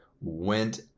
went